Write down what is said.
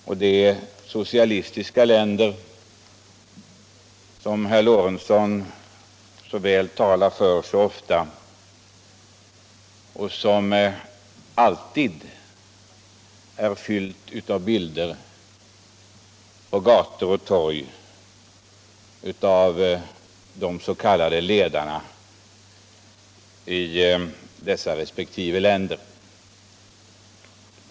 I de socialistiska länder som herr Lorentzon så väl och så ofta talar för är det alltid fullt av bilder på gator och torg av de s.k. ledarna i resp. länder.